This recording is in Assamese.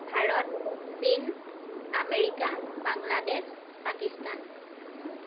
ভাৰত চীন আমেৰিকা বাংলাদেশ পাকিস্তান